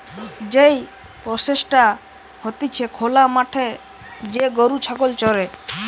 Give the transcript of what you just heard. যেই প্রসেসটা হতিছে খোলা মাঠে যে গরু ছাগল চরে